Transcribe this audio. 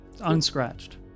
Unscratched